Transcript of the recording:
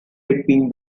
between